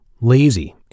lazy